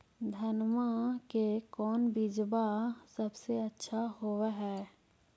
धनमा के कौन बिजबा सबसे अच्छा होव है?